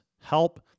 help